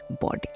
body